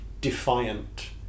defiant